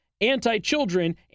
anti-children